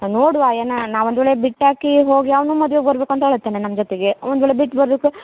ನೋಡುವ ಏನೋ ನಾ ಒಂದು ವೇಳೆ ಬಿಟ್ಟಾಕಿ ಹೋಗಿ ಅವನು ಮದ್ವೆಗೆ ಬರ್ಬೇಕೂಂತ ಹೇಳ್ತನೆ ನಮ್ಮ ಜೊತೆಗೆ ಒಂದು ವೇಳೆ ಬಿಟ್ಟು ಬರಲಿಕ್ಕೆ